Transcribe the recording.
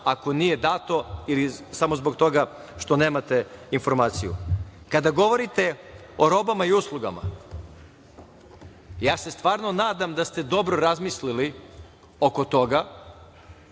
ako nije dato ili samo zbog toga što nemate informaciju. Kada govorite o robama i uslugama, ja se stvarno nadam da ste dobro razmislili oko toga,